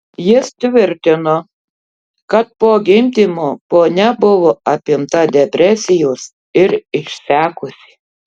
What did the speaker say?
jis tvirtino kad po gimdymo ponia buvo apimta depresijos ir išsekusi